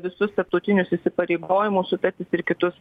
visus tarptautinius įsipareigojimus sutartis ir kitus